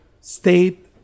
state